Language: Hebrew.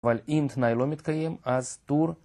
אבל אם תנאי לא מתקיים אז טור